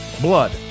Blood